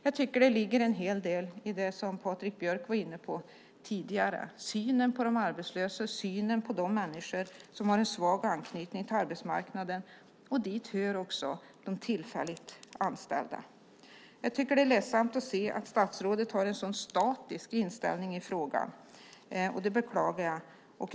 Jag tycker att det ligger en hel del i det som Patrik Björck tidigare var inne på - synen på de arbetslösa och på de människor som har en svag anknytning till arbetsmarknaden. Dit hör också de tillfälligt anställda. Det är ledsamt att se att statsrådet har en så statisk inställning i frågan. Detta beklagar jag.